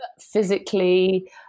physically